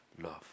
love